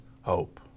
hope